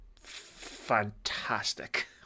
fantastic